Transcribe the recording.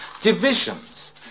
Divisions